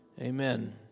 Amen